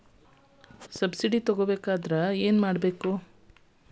Subsidy ತಗೊಬೇಕಾದರೆ ಏನು ಮಾಡಬೇಕು?